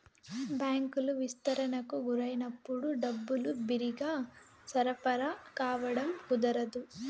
బ్యాంకులు విస్తరణకు గురైనప్పుడు డబ్బులు బిరిగ్గా సరఫరా కావడం కుదరదు